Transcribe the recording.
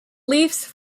leafs